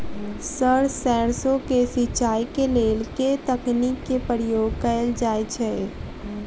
Sir सैरसो केँ सिचाई केँ लेल केँ तकनीक केँ प्रयोग कैल जाएँ छैय?